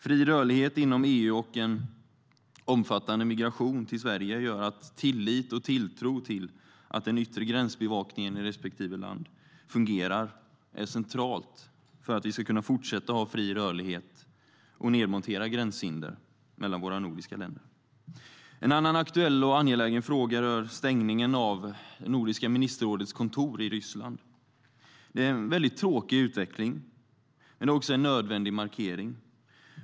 Fri rörlighet inom EU och en omfattande migration till Sverige gör att tillit och tilltro till att den yttre gränsbevakningen i respektive land fungerar är centralt för att vi ska kunna fortsätta ha fri rörlighet och nedmontera gränshinder mellan våra nordiska länder. En annan aktuell och angelägen fråga rör stängningen av det nordiska ministerrådets kontor i Ryssland. Det är en mycket tråkig utveckling, men det är också en nödvändig markering.